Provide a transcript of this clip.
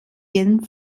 jeden